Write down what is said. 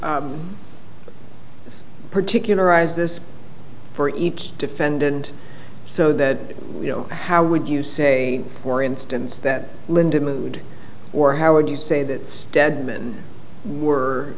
this particular arise this for each defendant so that you know how would you say for instance that linda mood or how would you say that stedman were